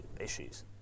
issues